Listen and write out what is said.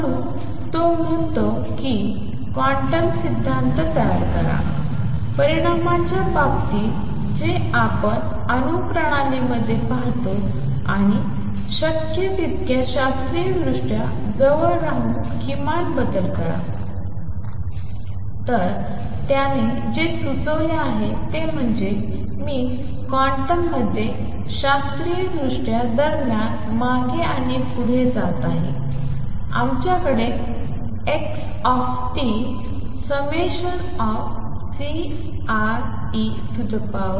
म्हणून तो म्हणतो की क्वांटम सिद्धांत तयार करा परिमाणांच्या बाबतीत जे आपण अणू प्रणालीमध्ये पाहतो आणि शक्य तितके शास्त्रीयदृष्ट्या जवळ राहून किमान बदल करा तर त्याने जे सुचवले आहे ते म्हणजे मी क्वांटम मध्ये शास्त्रीय दृष्ट्या दरम्यान मागे आणि पुढे जात आहे आमच्याकडे x Ceiτωt